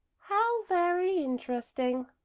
how very interesting!